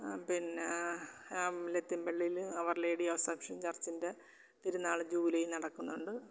പിന്നെ ലത്തീം പള്ളിയിൽ അവർ ലേഡി ഓഫ് ചർച്ചിൻ്റെ തിരുന്നാൾ ജൂലൈയിൽ നടക്കുന്നുണ്ട്